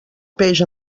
peix